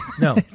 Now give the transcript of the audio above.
No